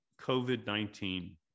COVID-19